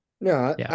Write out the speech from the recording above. No